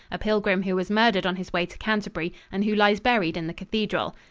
a pilgrim who was murdered on his way to canterbury and who lies buried in the cathedral.